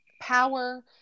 power